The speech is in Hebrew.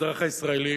האזרח הישראלי